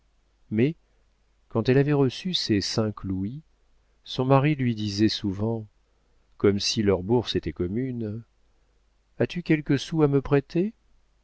mais quand elle avait reçu ses cinq louis son mari lui disait souvent comme si leur bourse était commune as-tu quelques sous à me prêter